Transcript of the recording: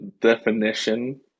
definition